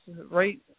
right